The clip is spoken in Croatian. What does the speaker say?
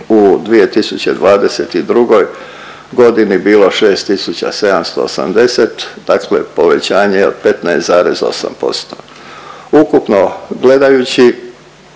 u 2022. godini bilo 6.780 dakle povećanje od 15,8%. Ukupno gledajući